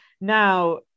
Now